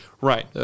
right